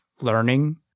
learning